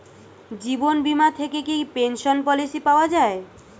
জীবন বীমা থেকে কি পেনশন পলিসি পাওয়া যায়?